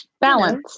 balance